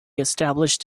established